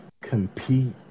compete